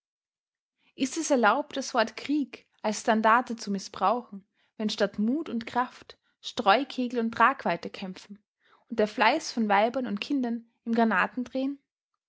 ist es erlaubt das wort krieg als standarte zu mißbrauchen wenn statt mut und kraft streukegel und tragweite kämpfen und der fleiß von weibern und kindern im granatendrehen